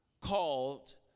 called